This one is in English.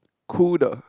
cool the